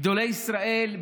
גדולי ישראל,